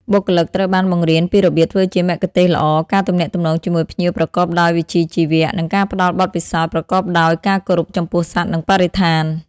បុគ្គលិកត្រូវបានបង្រៀនពីរបៀបធ្វើជាមគ្គុទ្ទេសក៍ល្អ ការទំនាក់ទំនងជាមួយភ្ញៀវប្រកបដោយវិជ្ជាជីវៈ និងការផ្តល់បទពិសោធន៍ប្រកបដោយការគោរពចំពោះសត្វ និងបរិស្ថាន។